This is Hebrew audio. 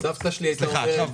סבתא שלי הייתה אומרת,